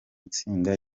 itsinda